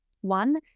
One